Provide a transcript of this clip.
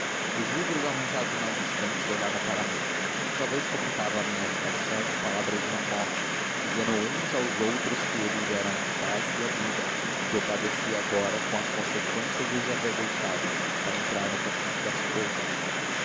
os livros arranjados nas estantes olhavam para mim e talvez comentavam a minha agitação com palavras de remoque dizendo uns aos outros que eles eram a paz e a vida e que eu padecia agora as consequências de os haver deixado para entrar no conflito das cousas